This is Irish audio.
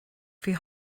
faoi